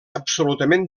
absolutament